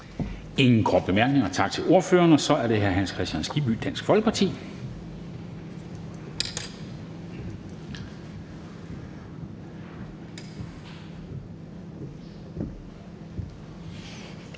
ingen korte bemærkninger. Tak til ordføreren. Så er det hr. Hans Kristian Skibby, Dansk Folkeparti.